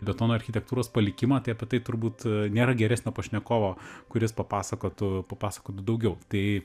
betono architektūros palikimą tai apie tai turbūt nėra geresnio pašnekovo kuris papasakotų papasakotų daugiau tai